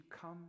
come